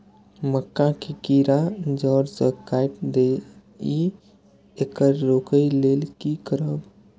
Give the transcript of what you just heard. मक्का के कीरा जड़ से काट देय ईय येकर रोके लेल की करब?